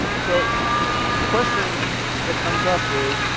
so the question that comes up is,